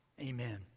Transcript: Amen